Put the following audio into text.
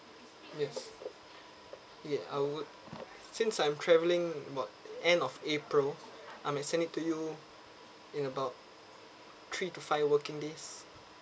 yes yeah I would since I'm travelling about end of april I might send it to you in about three to five working days